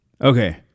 Okay